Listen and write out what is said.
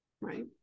Right